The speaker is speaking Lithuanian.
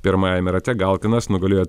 pirmajame rate galkinas nugalėjo